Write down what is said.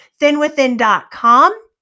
thinwithin.com